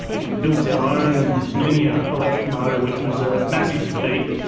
we built our own linear electric motor which was a massive feat,